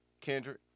Kendrick